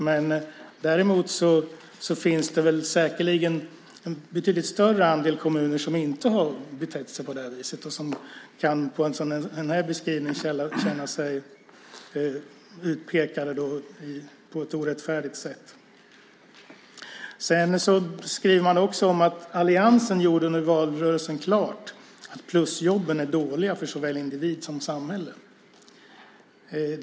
Men det finns säkerligen en betydligt större andel kommuner som inte har betett sig så och som genom denna beskrivning kan känna sig utpekade på ett orättfärdigt sätt. Statsrådet skriver också: "Alliansen gjorde under valrörelsen klart att plusjobben är dåliga för såväl individ som samhälle."